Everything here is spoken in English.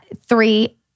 three